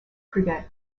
prevent